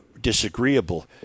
disagreeable